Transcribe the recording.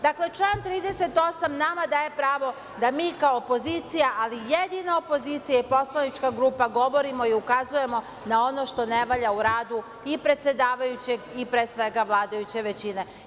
Dakle, član 38. nama daje pravo da mi kao opozicija, ali jedina opozicija i poslanička grupa govorimo i ukazujemo na ono što ne valja u radu i predsedavajućeg i, pre svega, vladajuće većine.